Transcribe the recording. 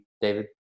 David